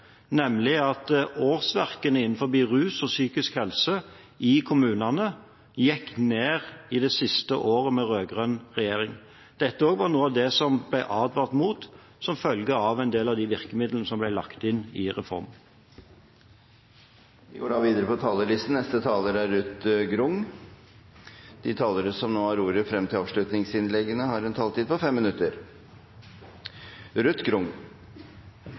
nemlig at årsverkene innenfor rus og psykisk helse i kommunene gikk ned i det siste året med rød-grønn regjering. Dette er også noe av det som det ble advart mot, som følge av en del av de virkemidlene som ble lagt inn i reformen. Først vil jeg takke representanten Kjersti Toppe for at hun nok en gang – hun er usedvanlig dyktig på å løfte viktige problemstillinger – tar tak i noe som